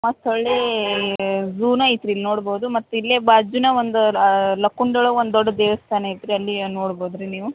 ಮತ್ತೆ ಹೊಳ್ಳೀ ಜೂನು ಐತೆ ರೀ ಇಲ್ಲಿ ನೋಡ್ಬೌದು ಮತ್ತೆ ಇಲ್ಲೇ ಬಾಜೂನೆ ಒಂದು ಲಕ್ಕುಂಡ್ಯೊಳಗೆ ಒಂದು ದೊಡ್ದ ದೇವಸ್ಥಾನ ಐತೆ ರೀ ಅಲ್ಲಿ ನೋಡ್ಬಹುದು ರೀ ನೀವು